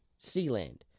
Sealand